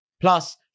Plus